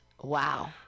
wow